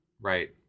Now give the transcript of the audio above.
Right